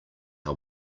our